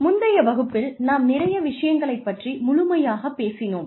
முந்தய வகுப்பில் நாம் நிறைய விஷயங்களைப் பற்றி முழுமையாக பேசினோம்